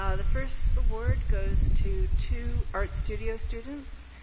ah the first award goes to two art studio students.